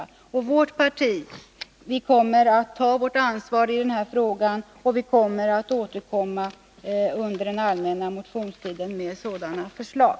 Vi inom vårt parti kommer att ta vårt ansvar i denna fråga, och vi kommer att återkomma under den allmänna motionstiden med sådana förslag.